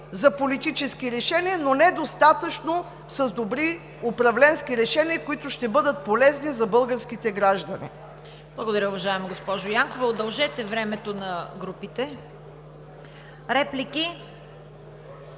за политически решения, но недостатъчно добри управленски решения, които ще бъдат полезни за българските граждани. ПРЕДСЕДАТЕЛ ЦВЕТА КАРАЯНЧЕВА: Благодаря, уважаема госпожо Янкова. Удължете времето на групите. Реплики?